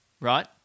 right